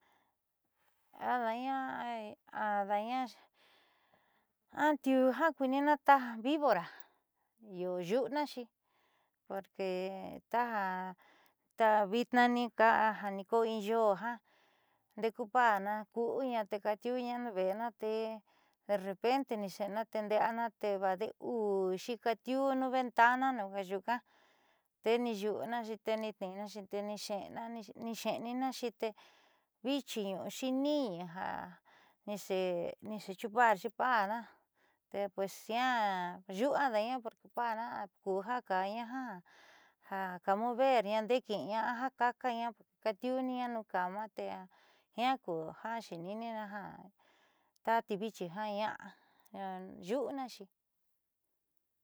Ada'aña ada'aña atiu ja a kuiiniina taja vibora io yu'unaxi porque taja ta vitnaanika jiaani koo in yoo jandeku pa'ana ku'uña teekatiuuña nuunve'ena te derrepente niixe'ena teende'eana tee vaadee uu kaatiu nuun ventanana ja yuunka te niinxu'unaxi te nitniinna tenixe'eninaxi te vichi ñu'uxi niiñi ja niixeechuparxi pa'ana tee pues jiaa yu'uadaaña porque pa'ana akuujaakaña ja ja ka moverña ndee ki'iña aja kaakaña porque kaatiuuña nuun cama te jiaa ku ja xeeni'inina ja tativichi jiaa ña'a yu'unaxi.